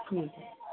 ठीक है